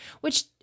which-